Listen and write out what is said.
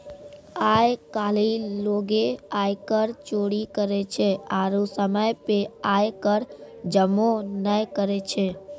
आइ काल्हि लोगें आयकर चोरी करै छै आरु समय पे आय कर जमो नै करै छै